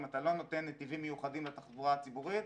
אם אתה לא נותן נתיבים מיוחדים לתחבורה הציבורית,